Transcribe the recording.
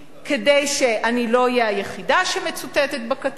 כדי שאני לא אהיה היחידה שמצוטטת בכתבה,